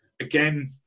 again